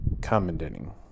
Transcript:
commanding